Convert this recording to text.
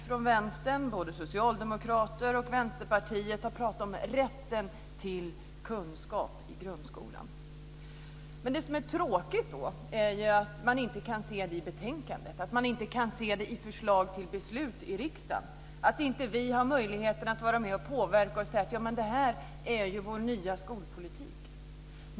Från vänstern har både socialdemokrater och vänsterpartister talat om rätten till kunskap i grundskolan. Tråkigt är att man inte kan se i betänkandet, i förslag till beslut i riksdagen, att vi inte har möjlighet att vara med och påverka och säga: Det här är vår nya skolpolitik.